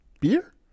Beer